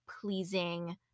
pleasing